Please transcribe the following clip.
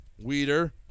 Weeder